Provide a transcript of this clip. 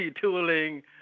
tooling